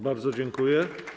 Bardzo dziękuję.